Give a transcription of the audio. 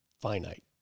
finite